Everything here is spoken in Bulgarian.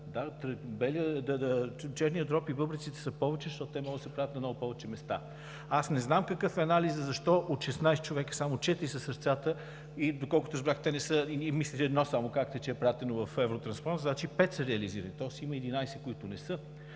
черният дроб и бъбреците са повече, защото те могат да се правят на много повече места. Аз не знам какъв е анализът, защо от 16 човека само четири са сърцата и, доколкото разбрах, мисля, че само едно казахте, че е изпратено в Евротрансплант, значи пет са реализирани, тоест има 11, които не са.